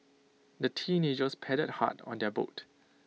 the teenagers paddled hard on their boat